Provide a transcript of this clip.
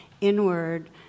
inward